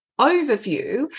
overview